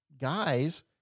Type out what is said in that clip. guys